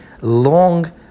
long